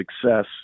success